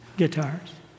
guitars